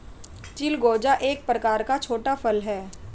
चिलगोजा एक प्रकार का छोटा सा फल है